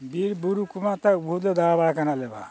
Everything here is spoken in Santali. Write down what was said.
ᱵᱤᱨ ᱵᱩᱨᱩ ᱠᱚᱢᱟ ᱮᱱᱛᱮᱫ ᱵᱷᱩᱛᱮ ᱫᱟᱬᱟ ᱵᱟᱲᱟ ᱠᱟᱱᱟ ᱟᱞᱮᱢᱟ